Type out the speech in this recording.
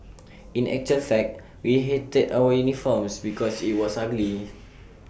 in actual fact we hated our uniforms because IT was ugly